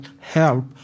help